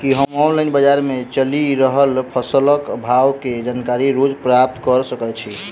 की हम ऑनलाइन, बजार मे चलि रहल फसलक भाव केँ जानकारी रोज प्राप्त कऽ सकैत छी?